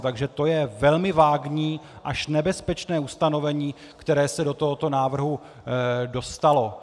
Takže to je velmi vágní, až nebezpečné ustanovení, které se do tohoto návrhu dostalo.